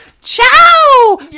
ciao